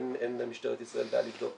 אין למשטרת ישראל בעיה לבדוק